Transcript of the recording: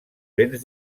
vents